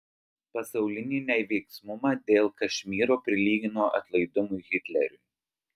pasaulinį neveiksnumą dėl kašmyro prilygino atlaidumui hitleriui